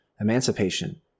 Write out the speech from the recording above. emancipation